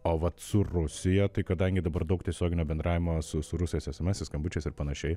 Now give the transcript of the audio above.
o vat su rusija tai kadangi dabar daug tiesioginio bendravimo su su rusais esamesais skambučiais ir panašiai